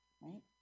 right